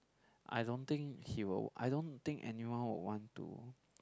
I don't think he will I don't think anyone would want to